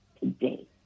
today